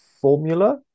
formula